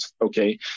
okay